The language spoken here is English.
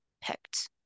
picked